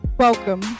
Welcome